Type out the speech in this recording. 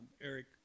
Eric